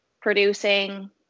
producing